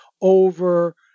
over